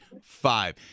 five